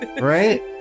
Right